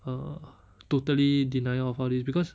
uh totally denial of all these because